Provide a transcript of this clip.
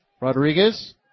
rodriguez